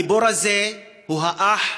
הגיבור הזה הוא האח